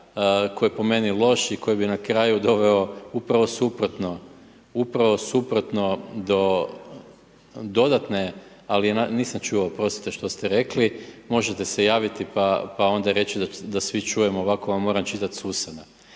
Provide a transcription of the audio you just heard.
je po meni loš i koji bi na kraju doveo upravo suprotno, upravo suprotno do dodatne, ali nisam čuo oprostite što ste rekli, možete se javiti pa onda reći da svi čujemo, ovako vam moram čitati sa usana.